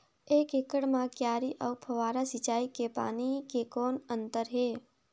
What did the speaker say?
एक एकड़ म क्यारी अउ फव्वारा सिंचाई मे पानी के कौन अंतर हे?